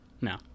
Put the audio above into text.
No